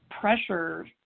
pressure